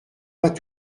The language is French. pas